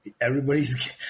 everybody's